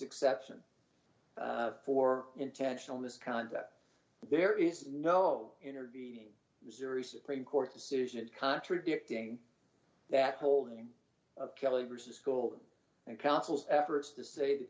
exception for intentional misconduct there is no intervening missouri supreme court decision contradicting that holding of kelly versus school and councils efforts to say that